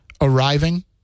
arriving